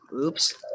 oops